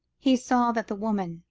he saw that the woman,